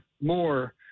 more